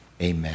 amen